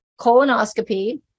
colonoscopy